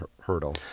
hurdle